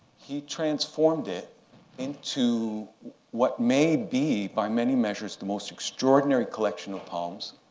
he transformed it into what may be, by many measures, the most extraordinary collection of palms